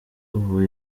ubu